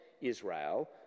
Israel